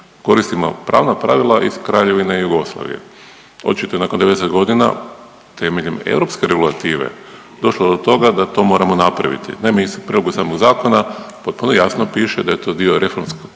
koristimo pravna pravila iz Kraljevine Jugoslavije. Očito je nakon 90 godina temeljem europske regulative došlo do toga da to moramo napraviti ne mi s prilagodbom samog zakona potpuno jasno piše da je to dio reformskog